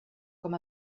com